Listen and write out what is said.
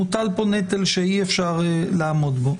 מוטל פה נטל שאי אפשר לעמוד בו.